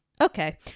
okay